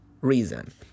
reason